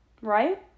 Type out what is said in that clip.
right